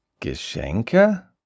Geschenke